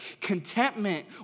Contentment